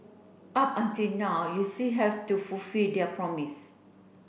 up until now you still have to fulfilled their promise